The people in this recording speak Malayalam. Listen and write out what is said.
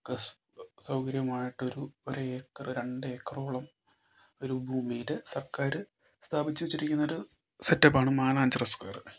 എക്കെ സൗകര്യം ആയിട്ട് ഒരു ഏക്കർ രണ്ട് ഏക്കറോളം ഒരു ഭൂമിയിൽ സർക്കാർ സ്ഥാപിച്ച് വെച്ചിരിക്കുന്നൊരു സെറ്റപ്പാണ് മാനാഞ്ചിറ സ്ക്വയർ